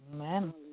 Amen